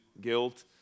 guilt